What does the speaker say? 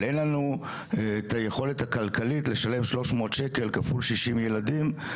אבל אין לנו את היכולת הכלכלית לשלם שלוש מאות שקל כפול שישים ילדים,